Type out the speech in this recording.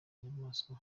nyamaswa